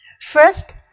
First